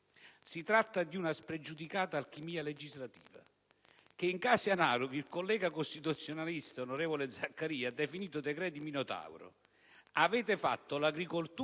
Si tratta di una spregiudicata alchimia legislativa che, in casi analoghi, ha portato il collega costituzionalista onorevole Zaccaria a parlare di decreti Minotauro.